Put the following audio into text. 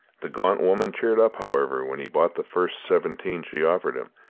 the gaunt woman cheered up, however, when he bought the first seventeen she offered him,